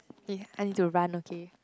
I need to run okay